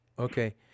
Okay